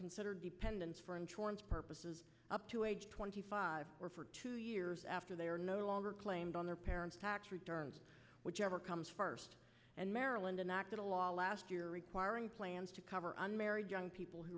considered dependents for insurance purposes up to age twenty five or for two years after they are no longer claimed on their parent's tax returns whichever comes first and maryland enact a law last year requiring plans to cover unmarried young people who